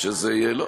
שזה יהיה,